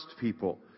people